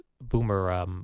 Boomer